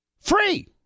Free